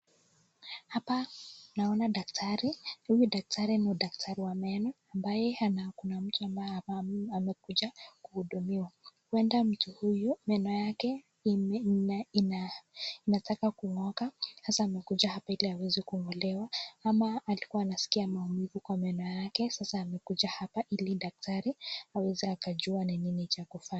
Hapa naona daktari huyu daktari ni daktari wa meno ambaye kuna mtu hapa amekuja kuhudumiwa. Huenda mtu huyu meno yake inataka kung'oka sasa amekuja hapa ili aweze kung'olewa ama alikuwa anaskia maumivu kwa meno yake sasa amekuja hapa ili daktari aweze akujua ni nini cha kufanya.